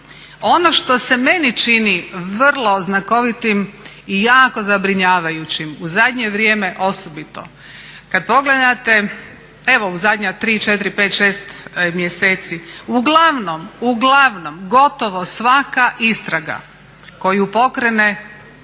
Ono što se meni čini vrlo znakovitim i jako zabrinjavajućim u zadnje vrijeme osobito. Kada pogledate, evo u zadnja 3, 4, 5, 6 mjeseci, uglavnom, uglavnom gotovo svaka istraga koju pokrene